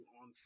on